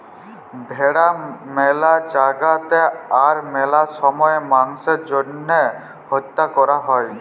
ভেড়া ম্যালা জায়গাতে আর ম্যালা সময়ে মাংসের জ্যনহে হত্যা ক্যরা হ্যয়